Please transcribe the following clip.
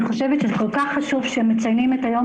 אני חושבת שזה כל כך חשוב שמציינים את היום